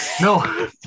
No